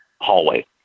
hallway